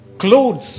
clothes